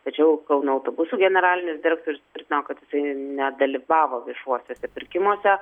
tačiau kauno autobusų generalinis direktorius tvirtino kad jisai nedalyvavo viešuosiuose pirkimuose